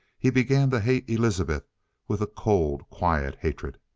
he began to hate elizabeth with a cold, quiet hatred.